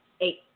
Eight